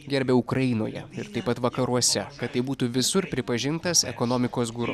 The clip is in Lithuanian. gerbia ukrainoje ir taip pat vakaruose kad tai būtų visur pripažintas ekonomikos guru